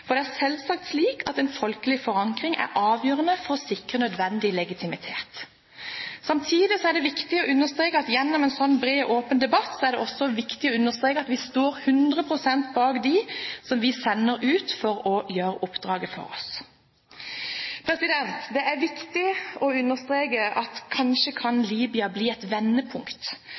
for bred og åpen debatt, for det er selvsagt slik at en forankring i folket er avgjørende for å sikre nødvendig legitimitet. Samtidig er det viktig i en slik bred og åpen debatt å understreke at vi står 100 pst. bak dem som vi sender ut for å gjøre oppdraget for oss. Det er viktig å understreke at Libya kanskje kan bli et vendepunkt.